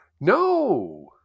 No